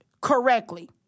correctly